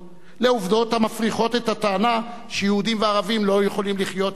לעובדות המפריכות את הטענה שיהודים וערבים לא יכולים לחיות יחד.